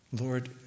Lord